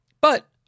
But-